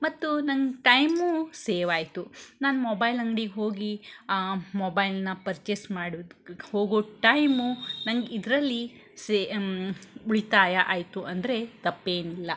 ಮತ್ತು ನಂಗೆ time save ಆಯಿತು ನಾನು ಮೊಬೈಲ್ ಅಂಗ್ಡಿಗೆ ಹೋಗಿ ಆ ಮೊಬೈಲ್ನ ಪರ್ಚೇಸ್ ಮಾಡೋದ್ಕೆ ಹೋಗೋ ಟೈಮು ನಂಗೆ ಇದರಲ್ಲಿ ಸೇ ಉಳಿತಾಯ ಆಯಿತು ಅಂದರೆ ತಪ್ಪೇನಿಲ್ಲ